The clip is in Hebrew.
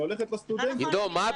לא נכון.